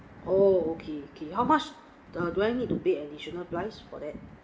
oh okay okay how much do I need to pay additional price for that